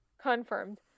Confirmed